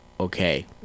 okay